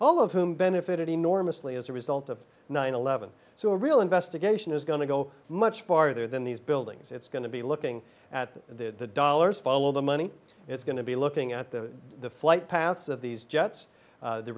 all of whom benefited enormously as a result of nine eleven so a real investigation is going to go much farther than these buildings it's going to be looking at the dollars follow the money it's going to be looking at the flight paths of these jets